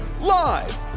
live